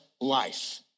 life